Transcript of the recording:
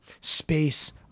space